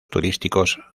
turísticos